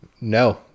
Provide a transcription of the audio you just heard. no